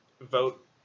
Vote